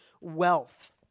wealth